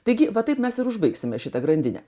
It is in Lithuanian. taigi va taip mes ir užbaigsime šitą grandinė